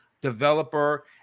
Developer